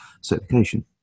certification